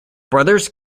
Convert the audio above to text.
brothers